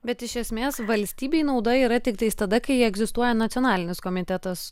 bet iš esmės valstybei nauda yra tiktais tada kai egzistuoja nacionalinis komitetas